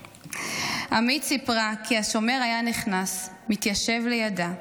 עמית סיפרה כי השומר היה נכנס, מתיישב לידה,